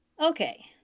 Okay